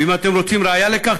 ואם אתם רוצים ראיה לכך,